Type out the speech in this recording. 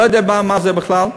לא יודע מה זה בכלל.